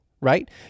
right